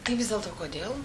tai vis dėlto kodėl